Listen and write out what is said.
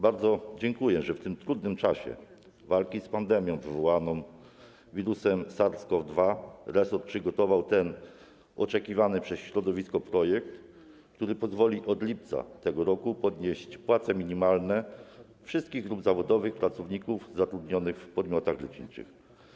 Bardzo dziękuję, że w tym trudnym czasie walki z pandemią wywołaną wirusem SARS-CoV-2 resort przygotował ten oczekiwany przez środowisko projekt, który pozwoli od lipca tego roku podnieść płace minimalne wszystkich grup zawodowych pracowników zatrudnionych w podmiotach leczniczych.